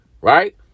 right